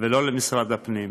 ולא למשרד הפנים,